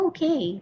Okay